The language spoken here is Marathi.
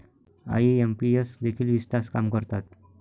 आई.एम.पी.एस देखील वीस तास काम करतात?